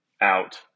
out